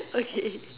okay